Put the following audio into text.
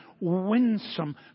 winsome